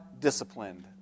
disciplined